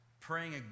praying